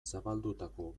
zabaldutako